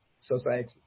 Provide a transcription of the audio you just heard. society